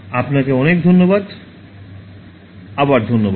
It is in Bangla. আপনাকে অনেক ধন্যবাদ আবার ধন্যবাদ